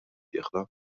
dieħla